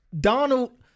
Donald